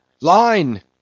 line